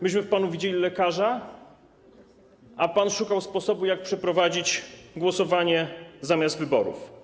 Myśmy w panu widzieli lekarza, a pan szukał sposobu, jak przeprowadzić głosowanie zamiast wyborów.